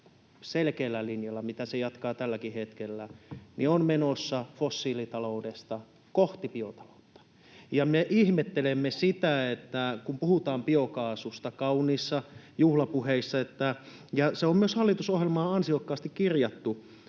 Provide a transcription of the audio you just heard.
selkeällä linjalla, mitä se jatkaa tälläkin hetkellä, on menossa fossiilitaloudesta kohti biotaloutta. Me ihmettelemme sitä, että kun puhutaan biokaasusta kauniissa juhlapuheissa ja se on myös hallitusohjelmaan ansiokkaasti kirjattu,